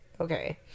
okay